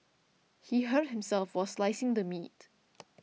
he hurt himself while slicing the meat